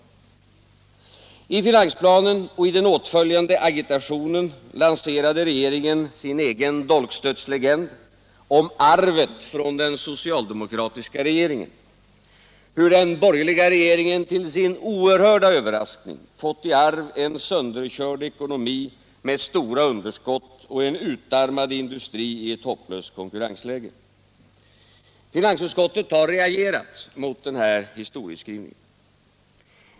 I finansplanen och i den åtföljande agitationen lanserade regeringen sin egen dolkstötslegend om arvet från den socialdemokratiska regeringen — hur den borgerliga regeringen till sin oerhörda överraskning fått i arv en sönderkörd ekonomi med stora underskott och en utarmad industri i ett hopplöst konkurrensläge. Finansutskottet har reagerat mot denna historieskrivning.